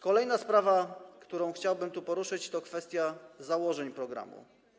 Kolejna sprawa, którą chciałbym tu poruszyć, to kwestia założeń programu.